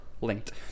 linked